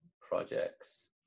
projects